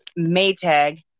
maytag